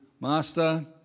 Master